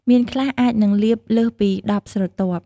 មានខ្លះអាចនឹងលាបលើសពី១០ស្រទាប់។